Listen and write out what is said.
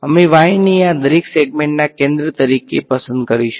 અમે y ને આ દરેક સેગમેન્ટના કેન્દ્ર તરીકે પસંદ કરશુ